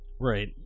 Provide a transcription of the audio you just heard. Right